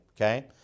okay